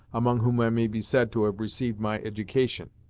among whom i may be said to have received my edication.